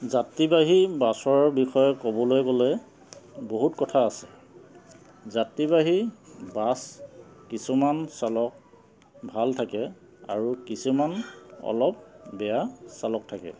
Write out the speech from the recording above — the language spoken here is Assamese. যাত্ৰীবাহী বাছৰ বিষয়ে ক'বলৈ গ'লে বহুত কথা আছে যাত্ৰীবাহী বাছ কিছুমান চালক ভাল থাকে আৰু কিছুমান অলপ বেয়া চালক থাকে